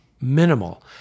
minimal